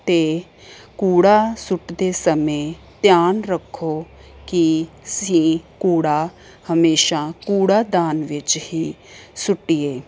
ਅਤੇ ਕੂੜਾ ਸੁੱਟਦੇ ਸਮੇਂ ਧਿਆਨ ਰੱਖੋ ਕਿ ਅਸੀਂ ਕੂੜਾ ਹਮੇਸ਼ਾ ਕੂੜਾਦਾਨ ਵਿੱਚ ਹੀ ਸੁੱਟੀਏ